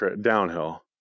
downhill